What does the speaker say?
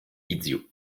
idiot